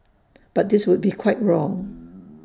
but this would be quite wrong